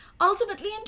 Ultimately